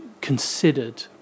considered